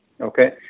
Okay